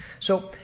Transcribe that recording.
so.